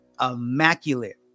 immaculate